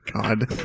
God